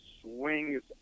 swings